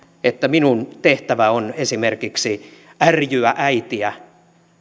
että minun tehtäväni on esimerkiksi ärjyä äitiä